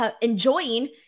enjoying